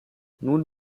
nun